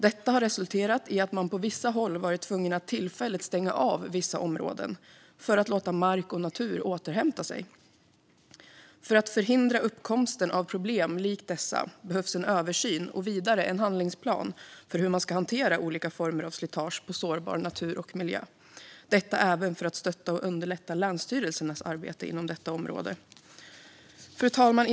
Detta har resulterat i att man på vissa håll varit tvungen att tillfälligt stänga av vissa områden för att låta mark och natur återhämta sig. För att förhindra uppkomsten av problem som dessa behövs en översyn och vidare en handlingsplan för hur man ska hantera olika former av slitage på sårbar natur och miljö, detta även för att stötta och underlätta länsstyrelsernas arbete på detta område. Fru talman!